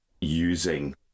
using